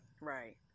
right